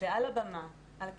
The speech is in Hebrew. ועל הבמה, על הכיסא,